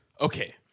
Okay